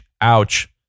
ouch